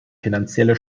finanzielle